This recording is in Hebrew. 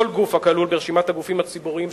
כל גוף הכלול ברשימת הגופים הציבוריים,